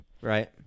Right